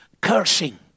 cursing